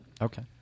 Okay